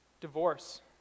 divorce